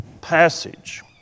passage